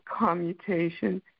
commutation